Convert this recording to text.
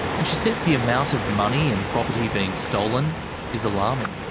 and she says the amount of money and property being stolen is alarming.